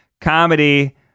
comedy